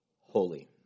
holy